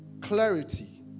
clarity